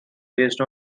based